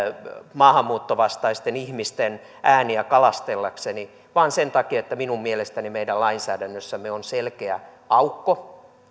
maahanmuuttovastaisten ihmisten ääniä kalastellakseni vaan sen takia että minun mielestäni meidän lainsäädännössämme on selkeä aukko